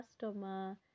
customer